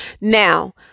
Now